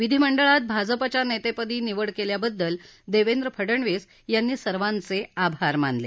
विधीमंडळात भाजपच्या नेतेपदी निवड केल्याबद्दल देवेंद्र फडनवीस यांनी सर्वांचे आभार मानले